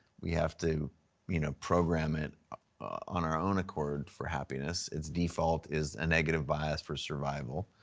we have to you know program it on our own accord for happiness. it's default is a negative bias for survival.